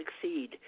succeed